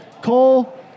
Cole